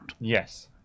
Yes